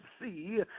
see